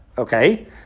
Okay